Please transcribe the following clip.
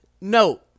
no